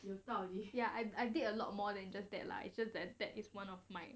ya I I did a lot more than just that lah it's just that that is one of my